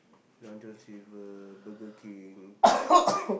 Long-John-Silver Burger-King